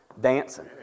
Dancing